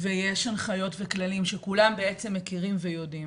ויש הנחיות וכללים שכולם מכירים ויודעים,